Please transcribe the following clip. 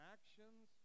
Actions